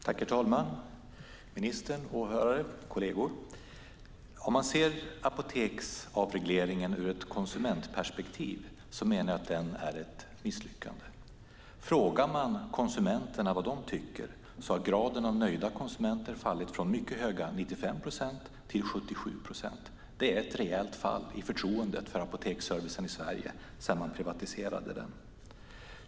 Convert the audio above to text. Herr talman, ministern, åhörare, kolleger! Om man ser apoteksavregleringen ur ett konsumentperspektiv menar jag att den är ett misslyckande. Frågar man konsumenterna vad de tycker har graden av nöjda konsumenter fallit från mycket höga 95 procent till 77 procent. Det är ett rejält fall i förtroendet för apoteksservicen i Sverige sedan man privatiserade den.